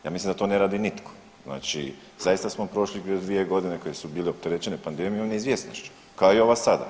Ja mislim da to ne radi nitko, znači zaista smo prošli kroz dvije godine koje su bile opterećene pandemijom i neizvjesnošću kao i ova sada.